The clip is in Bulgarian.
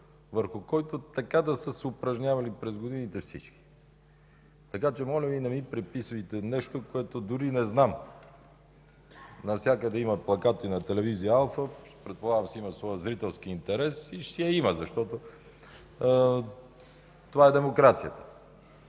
върху който така да са се упражнявали през годините всички. Така че, моля Ви, не ми приписвайте нещо, което дори не знам. Навсякъде има плакати на телевизия „Алфа”, предполагам си имат своя зрителски интерес – и си има, защото това е демокрацията.